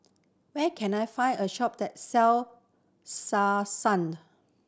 where can I find a shop that sell Selsun